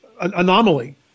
anomaly